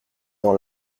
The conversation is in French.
dans